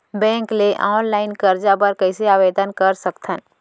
Bank ले online करजा बर कइसे आवेदन कर सकथन?